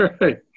right